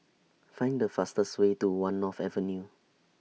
Find The fastest Way to one North Avenue